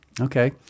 Okay